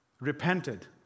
repented